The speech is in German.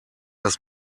das